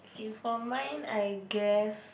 okay for mine I guess